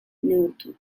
neurtu